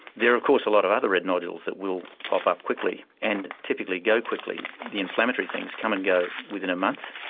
there are of course a lot of other red nodules that will pop up quickly and typically go quickly. the inflammatory things come and go within a month,